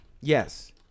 Yes